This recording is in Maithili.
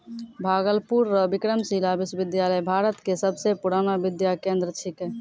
भागलपुर रो विक्रमशिला विश्वविद्यालय भारत के सबसे पुरानो विद्या केंद्र छिकै